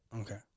okay